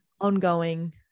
ongoing